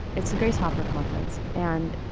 it's a grasshopper conference and.